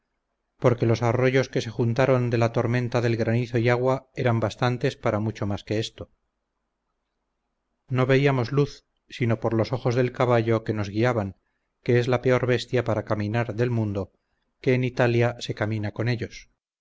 porque los arroyos que se juntaron de la tormenta del granizo y agua eran bastantes para mucho más que esto no veíamos luz sino por los ojos del caballo que nos guiaban que es la peor bestia para caminar del mundo que en italia se camina con ellos